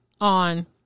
on